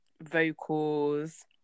vocals